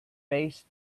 base